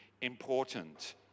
important